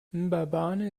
mbabane